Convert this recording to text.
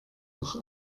doch